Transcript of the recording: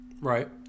Right